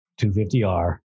250R